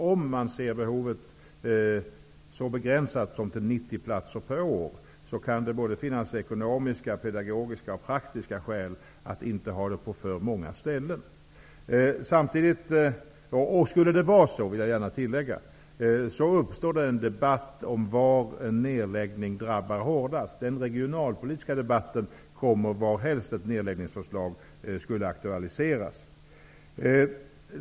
Om behovet är så begränsat som 90 platser per år, kan det finnas både ekonomiska, pedagogiska och praktiska skäl för att inte ha utbildning på för många ställen. Om det skulle vara så kommer det att uppstå en debatt om var en nedläggning drabbar hårdast. Den regionalpolitiska debatten kommer, varhelst en nedläggning aktualiseras.